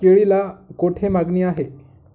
केळीला कोठे मागणी आहे?